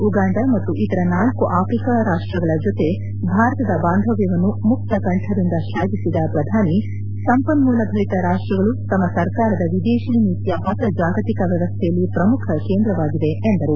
Uganda ಮತ್ತು ಇತರ ನಾಲ್ಲು ಆಫ್ರಿಕಾ ರಾಷ್ಲಗಳ ಜೊತೆ ಭಾರತದ ಬಾಂಧವ್ಲವನ್ನು ಮುಕ್ತಕಂಠದಿಂದ ಶ್ಲಾಘಿಸಿದ ಪ್ರಧಾನಿ ಸಂಪನ್ನೂಲ ಭರಿತ ರಾಷ್ಟಗಳು ತಮ್ಮ ಸರ್ಕಾರದ ವಿದೇಶಿ ನೀತಿಯ ಹೊಸ ಜಾಗತಿಕ ವ್ಲವಸ್ಥೆಯಲ್ಲಿ ಪ್ರಮುಖ ಕೇಂದ್ರವಾಗಿವೆ ಎಂದರು